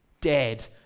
dead